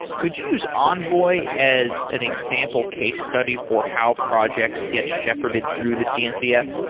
could you use envoy as an example case study for how projects get shepherded through the cncf?